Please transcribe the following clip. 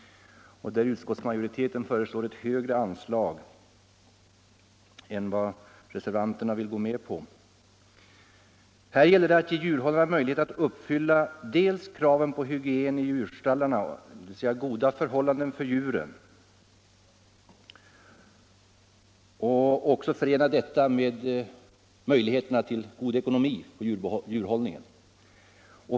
Utskottsmajoriteten föreslår ett högre anslag än vad reservanterna vill gå med på. Här gäller det att ge djurhållarna möjlighet att uppfylla kraven på hygien i djurstallarna och goda förhållanden för djuren i förening med en god ekonomi.